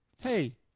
Hey